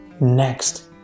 next